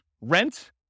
rent